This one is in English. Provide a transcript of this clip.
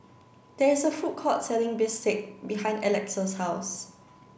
there is a food court selling Bistake behind Elex's house